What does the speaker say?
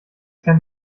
kann